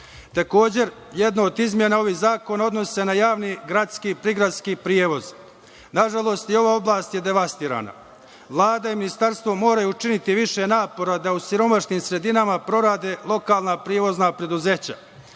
jedna od izmena ovog zakona se odnosi na javni gradski, prigradski prevoz. Nažalost i ova oblast je devastirana. Vlada i ministarstvo moraju učiniti više napora da u siromašnim sredinama prorade lokalna prevozna preduzeća,